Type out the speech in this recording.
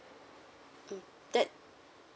mm that